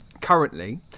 currently